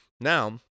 Now